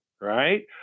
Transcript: Right